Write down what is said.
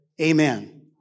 Amen